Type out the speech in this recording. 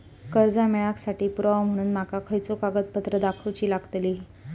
कर्जा मेळाक साठी पुरावो म्हणून माका खयचो कागदपत्र दाखवुची लागतली?